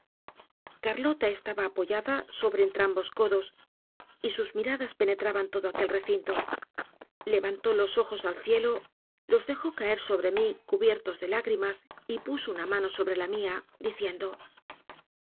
es taba apoyada sobre entrambos codos y sus miradas penetraban todo aquel recinto levantó los ojos al cielo los dejó caer sobre mí cubiertos de lágrimas y puso una j ano sobre laimia dicigndo